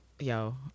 Yo